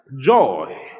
joy